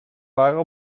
waren